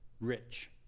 rich